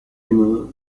دونم